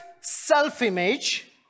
self-image